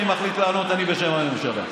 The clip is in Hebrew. אני מחליט לענות בשם הממשלה.